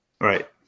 Right